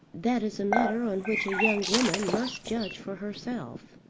that is a matter on which a young woman must judge for herself.